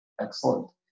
excellent